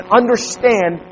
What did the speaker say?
understand